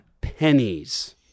pennies